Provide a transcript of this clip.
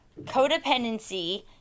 codependency